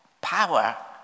power